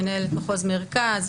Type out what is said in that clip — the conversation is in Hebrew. מנהלת מחוז מרכז,